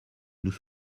nous